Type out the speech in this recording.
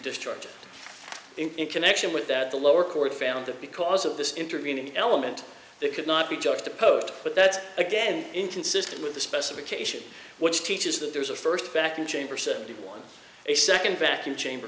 destructor in connection with that the lower court found that because of this intervening element they could not be juxtaposed but that again inconsistent with the specification which teaches that there is a first back in chamber seventy one a second vacuum chamber